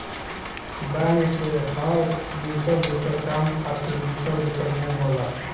bank के हर दुसर दुसर काम खातिर दुसर दुसर नियम होला